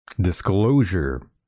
disclosure